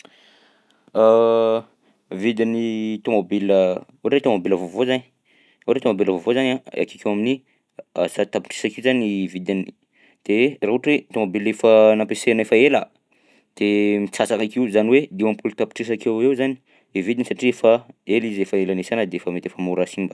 Vidin'ny tômôbila ohatra hoe tômôbila vaovao zainy ohatra hoe tômôbilanvaovao zainy a akeokeo amin'ny zato tapitrisa akeo zany vidiny. De raha ohatra hoe tômôbila efa nampiasaina efa ela de mitsatsaka akeo zany hoe dimampolo tapitrisa akeoeo zany ny vidiny satria efa ela izy efa ela niasana de efa mety efa mora simba.